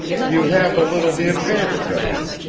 you have a little the advantage of me.